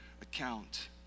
account